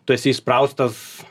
tu esi įspraustas